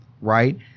right